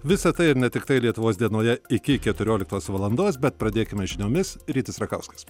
visa tai ir ne tiktai lietuvos dienoje iki keturioliktos valandos bet pradėkime žiniomis rytis rakauskas